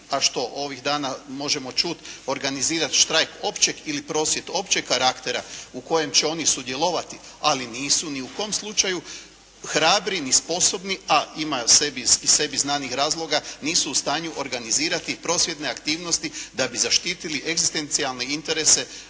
a što ovih dana možemo čuti, organizirati štrajk općeg ili prosvjed općeg karaktera u kojem će oni sudjelovati, ali nisu ni u kom slučaju hrabri ni sposobni, a ima iz sebi znanih razloga, nisu u stanju organizirati prosvjedne aktivnosti da bi zaštitili egzistencijalne interese